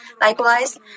Likewise